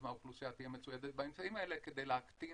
מהאוכלוסייה תהיה מצוידת באמצעים כדי להקטין